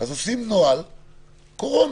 אז עושים נוהל קורונה,